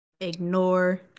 Ignore